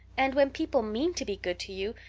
and when people mean to be good to you,